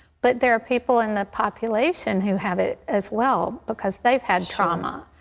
but there are people in the population who have it as well because they've had trauma.